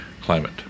climate